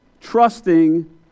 trusting